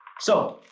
so,